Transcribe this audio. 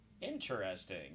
Interesting